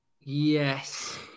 Yes